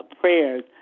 prayers